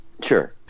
sure